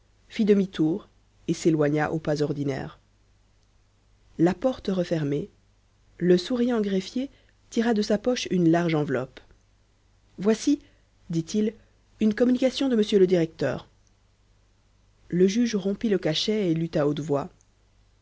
demi-tour et s'éloigna au pas ordinaire la porte refermée le souriant greffier tira de sa poche une large enveloppe voici dit-il une communication de monsieur le directeur le juge rompit le cachet et lut à haute voix